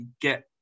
get